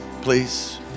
please